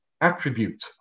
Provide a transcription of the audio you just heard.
attribute